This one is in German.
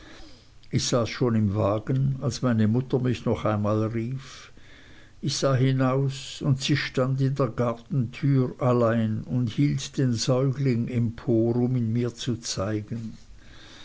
ich saß schon im wagen als meine mutter mich noch einmal rief ich sah hinaus und sie stand in der gartentür allein und hielt den säugling empor um ihn mir zu zeigen